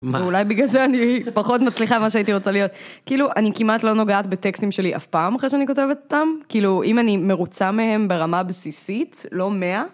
ואולי בגלל זה אני פחות מצליחה ממה שהייתי רוצה להיות. כאילו, אני כמעט לא נוגעת בטקסטים שלי אף פעם אחרי שאני כותבת אותם. כאילו, אם אני מרוצה מהם ברמה בסיסית, לא 100.